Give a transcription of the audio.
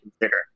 consider